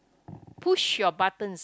push your buttons